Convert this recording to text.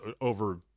over